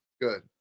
Good